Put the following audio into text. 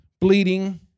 bleeding